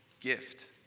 gift